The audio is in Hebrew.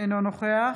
אינו נוכח